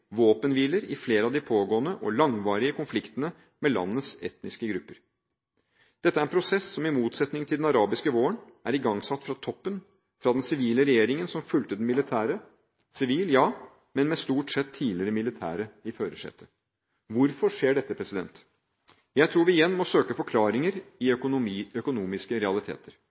våpenhviler i flere av de pågående og langvarige konfliktene med landets etniske grupper. Dette er en prosess som i motsetning til den arabiske våren er igangsatt fra toppen, fra den sivile regjeringen som fulgte den militære – sivil, men med stort sett tidligere militære i førersetet. Hvorfor skjer dette? Jeg tror vi igjen må søke forklaringer i økonomiske realiteter.